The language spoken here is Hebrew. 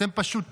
אתם פשוט תוכים,